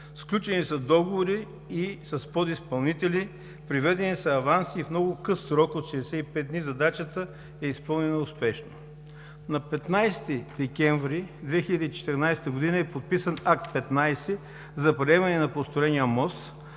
Сключени са договори и с подизпълнители, преведени са аванси и в много къс срок от 65 дни задачата е изпълнена успешно. На 15 декември 2014 г. е подписан Акт № 15 за приемане на построения мост,